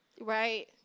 right